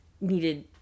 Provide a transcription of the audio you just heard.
needed